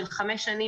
של חמש שנים